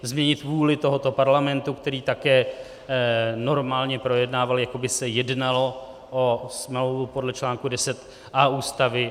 Změnit vůli tohoto parlamentu, který také normálně projednával, jako by se jednalo o smlouvu podle článku 10a Ústavy.